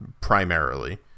Primarily